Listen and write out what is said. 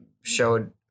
showed